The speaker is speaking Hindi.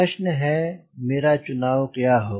प्रश्न है मेरा चुनाव क्या होगा